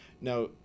Now